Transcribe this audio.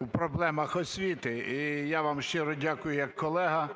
у проблемах освіти. І я вам щиро дякую як колега